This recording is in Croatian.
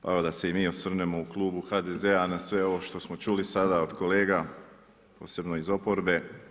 Malo da se i mi osvrnemo u klubu HDZ-a na sve ovo što smo čuli sada od kolega posebno iz oporbe.